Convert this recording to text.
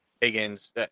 Higgins